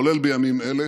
כולל בימים אלה,